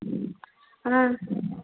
ஆ